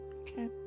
okay